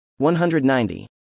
190